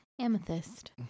Amethyst